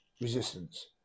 resistance